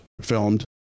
filmed